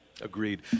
Agreed